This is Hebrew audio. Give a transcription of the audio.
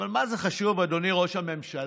אבל מה זה חשוב, אדוני ראש הממשלה?